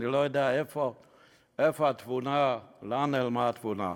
אני לא יודע איפה התבונה, לאן נעלמה התבונה.